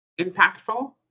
impactful